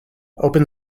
opens